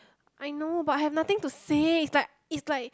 I know but I have nothing to say it's like it's like